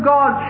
God